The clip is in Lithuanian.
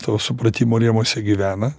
to supratimo rėmuose gyvena